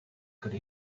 could